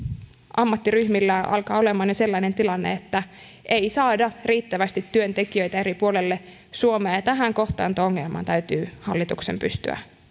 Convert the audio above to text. ammattiryhmillä alkaa jo olemaan sellainen tilanne että ei saada riittävästi työntekijöitä eri puolelle suomea ja tähän kohtaanto ongelmaan täytyy hallituksen pystyä